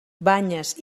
banyes